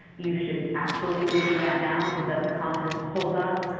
you should absolutely do that now because that's a common hold up